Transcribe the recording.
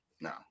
no